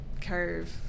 curve